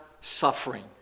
suffering